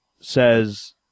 says